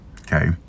Okay